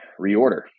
reorder